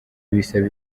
bisaba